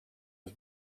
was